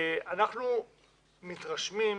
אנחנו מתרשמים,